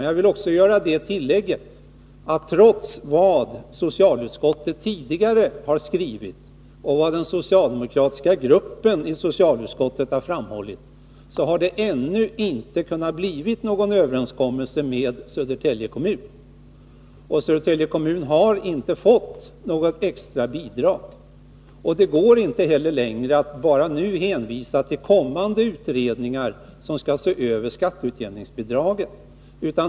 Jag vill göra det tillägget att det, trots vad socialutskottet tidigare har skrivit och den socialdemokratiska gruppen i socialutskottet har framhållit, ännu inte har kommit till stånd någon överenskommelse med Södertälje kommun. Södertälje kommun har inte fått något extra bidrag. Det går inte längre att bara hänvisa till kommande utredningar, som skall se över skatteutjämningsbidraget.